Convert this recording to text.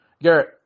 Garrett